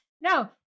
No